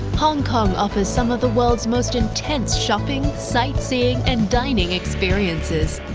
hong kong offers some of the world's most intense shopping, sightseeing and dining experiences,